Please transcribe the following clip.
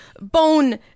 bone